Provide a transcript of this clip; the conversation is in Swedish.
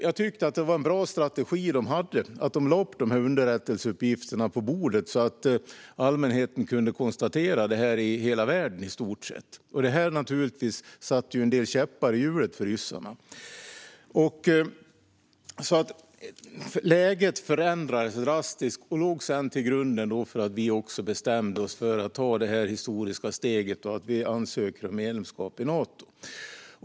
Jag tyckte att det var en bra strategi de hade, det vill säga att lägga de här underrättelseuppgifterna på bordet så att allmänheten kunde konstatera det i stort sett hela världen över. Det satte naturligtvis en del käppar i hjulet för ryssarna. Läget förändrades alltså drastiskt och låg sedan till grund för att vi bestämde oss för att ta det historiska steget att ansöka om medlemskap i Nato.